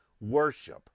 worship